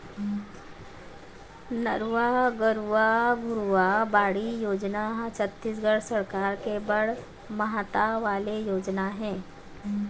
नरूवा, गरूवा, घुरूवा, बाड़ी योजना ह छत्तीसगढ़ सरकार के बड़ महत्ता वाले योजना ऐ